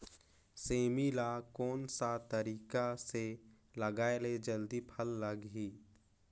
सेमी ला कोन सा तरीका से लगाय ले जल्दी फल लगही?